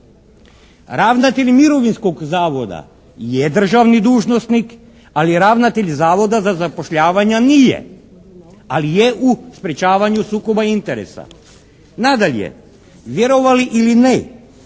Ravnatelj Mirovinskog zavoda je državni dužnosnik, ali ravnatelj Zavoda za zapošljavanja nije, ali je u sprječavanju sukoba interesa. Nadalje, vjerovali ili ne,